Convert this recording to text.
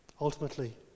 ultimately